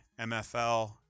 MFL